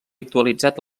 actualitzat